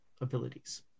abilities